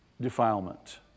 defilement